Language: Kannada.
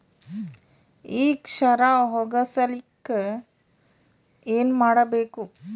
ಈ ಕ್ಷಾರ ಹೋಗಸಲಿಕ್ಕ ಏನ ಮಾಡಬೇಕು?